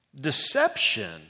deception